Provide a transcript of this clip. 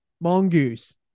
mongoose